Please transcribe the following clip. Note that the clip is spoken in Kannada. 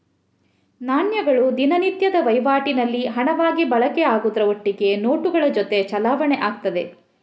ನಾಣ್ಯಗಳು ದಿನನಿತ್ಯದ ವೈವಾಟಿನಲ್ಲಿ ಹಣವಾಗಿ ಬಳಕೆ ಆಗುದ್ರ ಒಟ್ಟಿಗೆ ನೋಟುಗಳ ಜೊತೆ ಚಲಾವಣೆ ಆಗ್ತದೆ